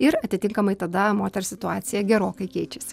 ir atitinkamai tada moters situacija gerokai keičiasi